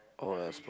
oh Expo